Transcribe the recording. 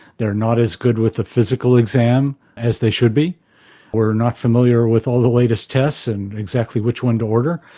they are not as good with the physical exam as they should be or not familiar with all the latest tests and exactly which one to order.